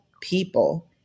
people